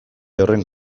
horren